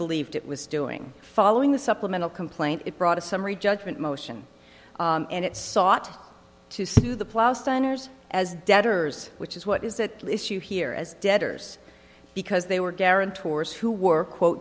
believed it was doing following the supplemental complaint it brought a summary judgment motion and it sought to sue the ploughs centers as debtors which is what is that issue here as debtors because they were guarantors who were quote